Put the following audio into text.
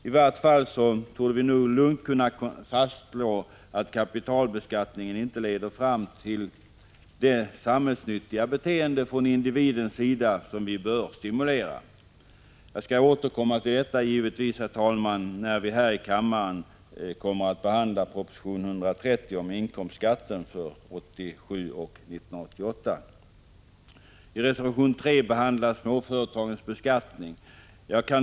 I vart fall torde vi nog lugnt kunna fastslå att kapitalbeskattningen inte leder fram till det samhällsnyttiga beteende från individens sida som bör stimuleras. Jag skall givetvis återkomma till detta, herr talman, när vi här i kammaren kommer att behandla proposition 130 om inkomstskatten för 1987 och 1988. I reservation 3 behandlas småföretagens beskattning.